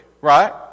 right